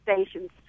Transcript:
stations